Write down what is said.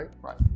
right